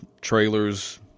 trailers